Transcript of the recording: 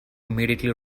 immediately